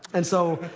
and so,